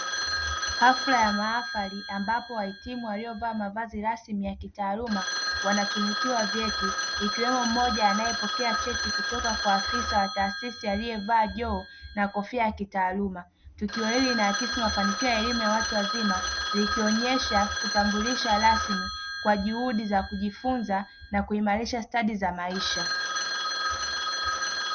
Hafla ya mahafali ambapo wahitimu waliovaa mavazi rasmi ya kitaaluma wanatunukiwa vyeti, ikiwemo mmoja anayepokea cheti kutoka kwa afisa wa taasisi aliyevaa joho na kofia ya kitaaluma. Tukio hili linaakisi mafanikio ya elimu ya watu wazima, likionyesha kutambulisha rasmi kwa jihudi za kujifunza na kuimarisha stadi za maisha.